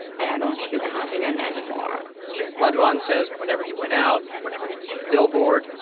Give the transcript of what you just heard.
and i don't feel confident anymore lao dwan says whenever he went out, whenever he'd see the billboard,